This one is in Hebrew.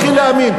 מתחיל להאמין,